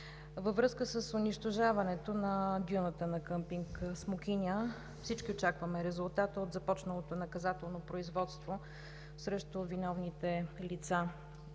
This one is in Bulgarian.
Във връзка с унищожаването на дюната на къмпинг „Смокиня“ всички очакваме резултат от започналото наказателно производство срещу виновните лица.